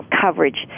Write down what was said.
coverage